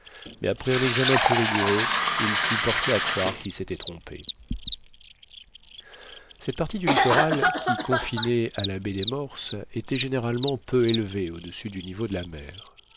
mais après un examen plus rigoureux il fut porté à croire qu'il s'était trompé cette partie du littoral qui confinait à la baie des morses était généralement peu élevée au-dessus du niveau de la mer